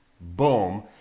Boom